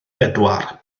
bedwar